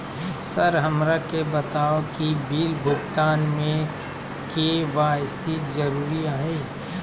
Sir हमरा के बताओ कि बिल भुगतान में के.वाई.सी जरूरी हाई?